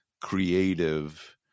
creative